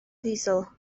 ddiesel